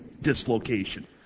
dislocation